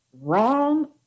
Wrong